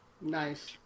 Nice